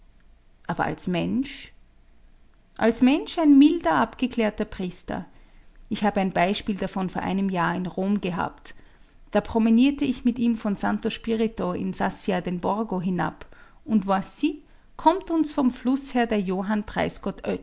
aber als mensch als mensch ein milder abgeklärter priester ich habe ein beispiel davon vor einem jahr in rom gehabt da promenierte ich mit ihm von santo spirito in sassia den borgo hinab und voici kommt uns vom fluß her der johann